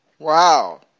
Wow